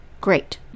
Great